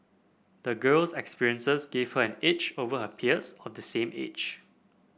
the girl's experiences gave her an edge over her peers of the same age